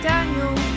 Daniel